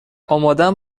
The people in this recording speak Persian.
آمادم